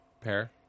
pair